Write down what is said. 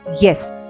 yes